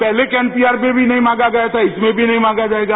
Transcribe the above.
पहले के एनपीवार में भी नहीं मांगा गया था इसमें भी नहीं मांगा जाएगा